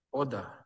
order